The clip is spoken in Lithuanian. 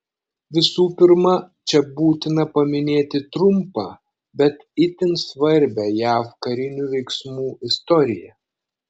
visų pirma čia būtina paminėti trumpą bet itin svarbią jav karinių veiksmų istoriją